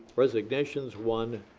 resignations, one.